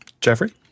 Jeffrey